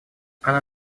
она